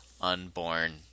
unborn